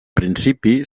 principi